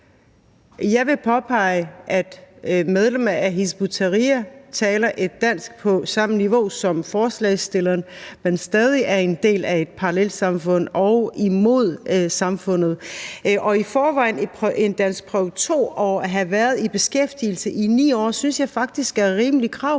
Jeg vil påpege, at medlemmer af Hizb ut-Tahrir taler dansk på samme niveau som ordføreren for forslagsstillerne, men at de stadig er en del af et parallelsamfund og er imod samfundet. At have bestået danskprøve 2 og have været i beskæftigelse i 9 år synes jeg faktisk er rimelige krav, for